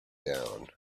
down